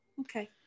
Okay